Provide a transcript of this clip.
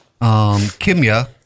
Kimya